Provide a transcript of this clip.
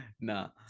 No